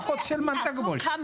עשינו כמה